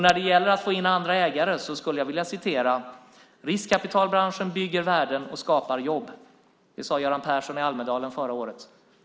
När det gäller att få in andra ägare skulle jag vilja citera Göran Persson: Riskkapitalbranschen bygger värden och skapar jobb. Det sade Göran Persson i Almedalen förra året.